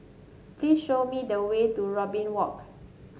please show me the way to Robin Walk